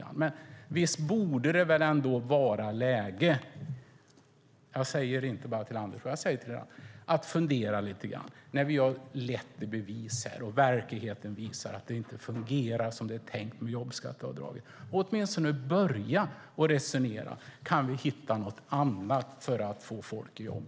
Men nog borde det väl vara läge att fundera lite när vi nu har lett i bevis och verkligheten visar att jobbskatteavdraget inte fungerar som det var tänkt. Man borde åtminstone börja fundera på om man kan komma på något annat för att få folk i jobb.